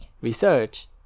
research